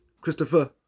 Christopher